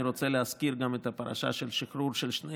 אני רוצה להזכיר גם את הפרשה של שחרור של שני